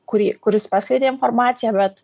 kurį kuris paskleidė informaciją bet